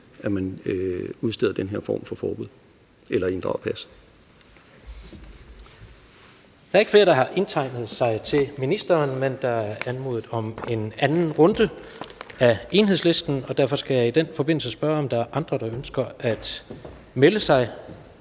at man udsteder den her form for forbud eller inddrager passet. Kl. 15:45 Tredje næstformand (Jens Rohde): Der er ikke flere, der har indtegnet sig til korte bemærkninger til ministeren, men der er anmodet om en anden runde af Enhedslisten, og derfor skal jeg i den forbindelse spørge, om der er andre, der ønsker at melde sig